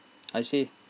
I see